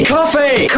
Coffee